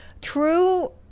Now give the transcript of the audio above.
true